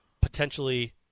potentially